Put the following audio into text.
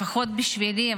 לפחות בשבילי,